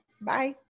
Bye